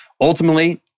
ultimately